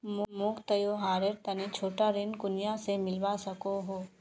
मोक त्योहारेर तने छोटा ऋण कुनियाँ से मिलवा सको हो?